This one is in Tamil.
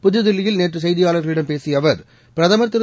புதுதில்லியில் நேற்று செய்தியாளர்களிடம் பேசிய அவர் பிரதமர் திரு